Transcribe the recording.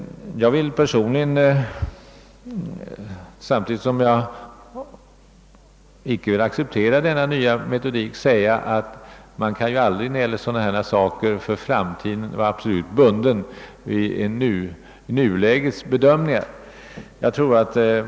Jag vill personligen — samtidigt som jag icke nu vill acceptera denna nya metodik — säga att man för framtiden inte kan vara absolut bunden vid nulägets bedömningar.